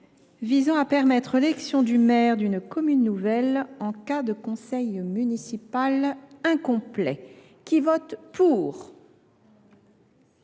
visant à permettre l’élection du maire d’une commune nouvelle en cas de conseil municipal incomplet. Mes chers